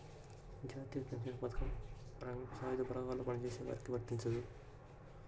జాతీయ పెన్షన్ పథకం ప్రభుత్వ రంగం, సాయుధ బలగాల్లో పనిచేసే వారికి వర్తించదు